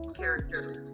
characters